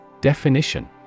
Definition